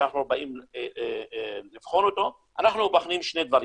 כשאנחנו באים לבחון אותו אנחנו בוחנים שני דברים,